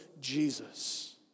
Jesus